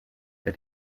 der